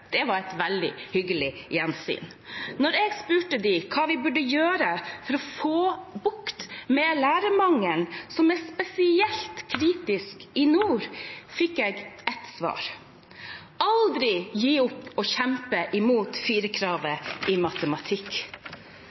Det var et veldig hyggelig gjensyn. Da jeg spurte om hva vi burde gjøre for å få bukt med lærermangelen, som er spesielt kritisk i nord, fikk jeg ett svar: Aldri gi opp å kjempe imot firerkravet i matematikk!